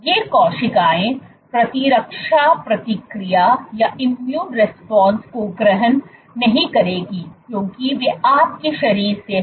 ये कोशिकाएं प्रतिरक्षा प्रतिक्रिया को ग्रहण नहीं करेंगी क्योंकि वे आपके शरीर से हैं